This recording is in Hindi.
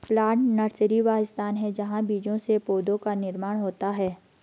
प्लांट नर्सरी वह स्थान है जहां बीजों से पौधों का निर्माण होता है